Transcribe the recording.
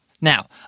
Now